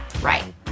Right